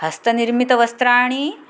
हस्तनिर्मितवस्त्राणि